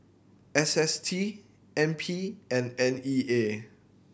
S S T N P and N E A